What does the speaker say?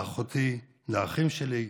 לאחותי, לאחים שלי,